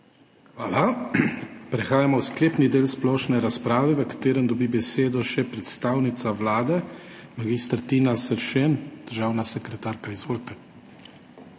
Hvala. Prehajamo v sklepni del splošne razprave, v katerem dobi besedo še predstavnica Vlade mag. Tina Seršen, državna sekretarka. Izvolite.